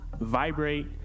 vibrate